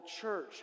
church